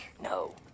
No